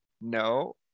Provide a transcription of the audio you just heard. no